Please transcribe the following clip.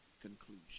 conclusion